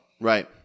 right